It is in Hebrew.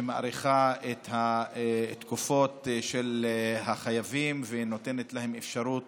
שמאריכה את התקופות של החייבים, שנותנת להם אפשרות